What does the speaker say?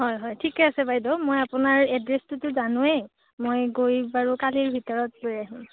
হয় হয় ঠিকে আছে বাইদেউ মই আপোনাৰ এড্ৰেছটোতো জানোৱেই মই গৈ বাৰু কালিৰ ভিতৰত লৈ আহিম